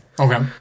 Okay